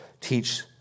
teach